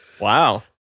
wow